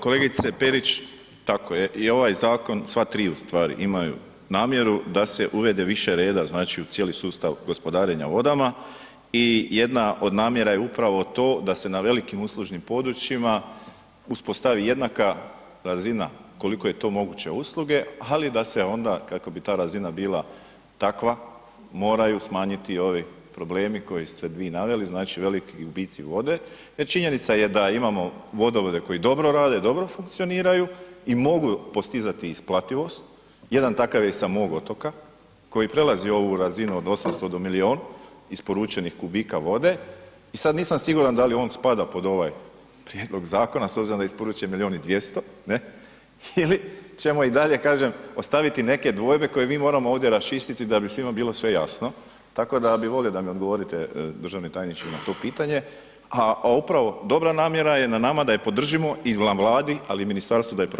Kolegice Perić tako je i ovaj zakon, sva tri u stvari imaju namjeru da se uvede više reda znači u cijeli sustav gospodarenja vodama i jedna od namjera je upravo to da se na velikim uslužnim područjima uspostavi jednaka razina koliko je to moguće usluge, ali da se onda kako bi ta razina bila takva moraju smanjiti i ovi problemi koje ste vi naveli, znači veliki gubici vode jer činjenica je da imamo vodovode koji dobro rade, dobro funkcioniraju i mogu postizati isplativost, jedan takav je sa mog otoka koji prelazi ovu razinu od 800 do milion isporučenih kubika vode i sad nisam siguran da li on spada pod ovaj prijedlog zakona s obzirom da isporučuje 1.200.000 ne, ili ćemo i dalje kažem ostaviti neke dvojbe koje mi moramo ovdje raščistiti da bi svima bilo sve jasno, tako da bi volio da mi odgovorite državni tajniče na to pitanje, a upravo dobra namjera je na nama da je podržimo i na Vladi ali i ministarstvu da je provede.